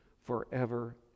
forever